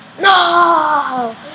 No